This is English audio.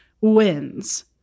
wins